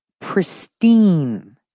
pristine